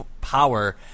power